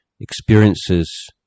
experiences